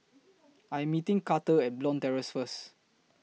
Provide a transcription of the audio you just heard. I Am meeting Karter At Bond Terrace First